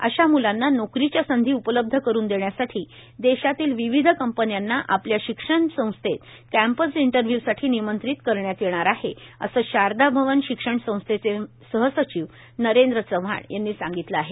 अशा म्लांना नोकरीच्या संधी उपलब्ध करून देण्यासाठी देशातल्या विविध कंपन्यांना आपल्या शिक्षणसंस्थेत कॅम्पस इंटरव्ह्यूसाठी निमंत्रित करण्यात येणार आहे असं शारदा भवन शिक्षण संस्थेचे सहसचिव नरेंद्र चव्हाण यांनी सांगितलं आहे